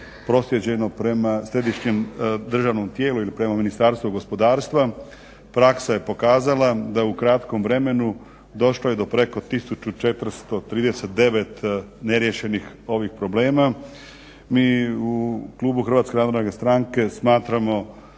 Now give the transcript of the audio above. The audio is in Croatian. proslijeđeno prema središnjem državnom tijelu, ili prema Ministarstvu gospodarstva, praksa je pokazala da u kratkom vremenu došlo je do preko tisuću 439 neriješenih ovih problema. Mi u klubu Hrvatske narodne stranke smatramo